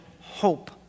hope